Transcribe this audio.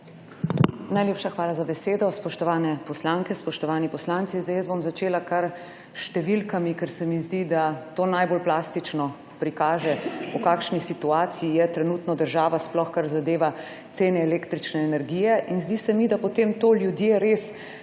Najlepša hvala za besedo. Spoštovane poslanke, spoštovani poslanci! Jaz bom začela kar s številkami, ker se mi zdi, da to najbolj plastično prikaže, v kakšni situaciji je trenutno država, sploh kar zadeva cene električne energije. Zdi se mi, da potem to ljudje res